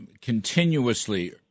continuously